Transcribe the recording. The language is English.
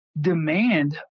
demand